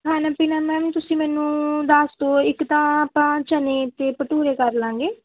ਖਾਣਾ ਪੀਣਾ ਮੈਮ ਤੁਸੀਂ ਮੈਨੂੰ ਦੱਸ ਦਿਓ ਇੱਕ ਤਾਂ ਆਪਾਂ ਚਨੇ ਅਤੇ ਭਟੂਰੇ ਕਰ ਲਵਾਂਗੇ